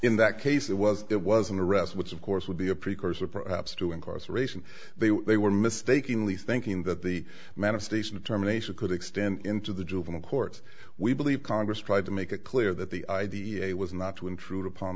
in that case it was it was an arrest which of course would be a precursor perhaps to incarceration they were mistakingly thinking that the manifestation of terminations could extend into the juvenile court we believe congress tried to make it clear that the idea was not to intrude upon